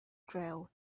grow